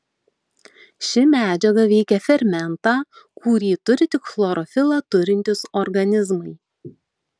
ši medžiaga veikia fermentą kurį turi tik chlorofilą turintys organizmai